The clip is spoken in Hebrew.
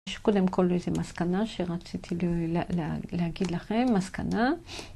יש קודם כל איזו מסקנה שרציתי להגיד לכם, מסקנה.